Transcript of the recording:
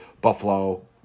Buffalo